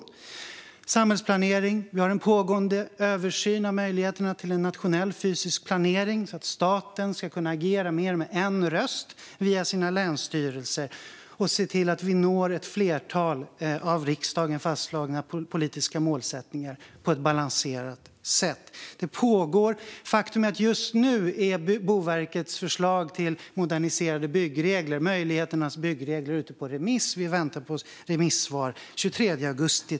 När det gäller samhällsplanering har vi en pågående översyn av möjligheterna till en nationell fysisk planering, så att staten ska kunna agera mer med en röst via sina länsstyrelser och se till att vi når ett flertal av riksdagen fastslagna politiska målsättningar på ett balanserat sätt. Just nu är Boverkets förslag till moderniserade byggregler, Möjligheternas byggregler, ute på remiss. Vi väntar på remissvar, som - tror jag - ska komma den 23 augusti.